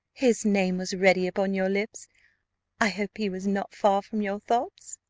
his name was ready upon your lips i hope he was not far from your thoughts?